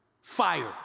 Fire